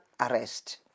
arrest